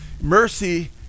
Mercy